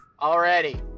already